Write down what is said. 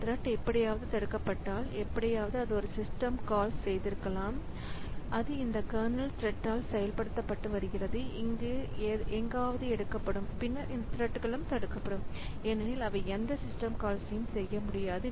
இந்த த்ரெட் எப்படியாவது தடுக்கப்பட்டால் எப்படியாவது அது ஒரு சிஸ்டம் கால்ஸ் செய்திருக்கலாம் அது இந்த கர்னல் த்ரெட்டால் செயல்படுத்தப்பட்டு வருகிறது அது இங்கே எங்காவது எடுக்கப்படும் பின்னர் இந்த த்ரெட்களும் தடுக்கப்படும் ஏனெனில் அவை எந்த சிஸ்டம் கால்ஸ்யும் செய்ய முடியாது